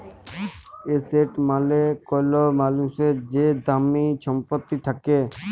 asset মালে কল মালুসের যে দামি ছম্পত্তি থ্যাকে